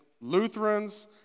Lutherans